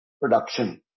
production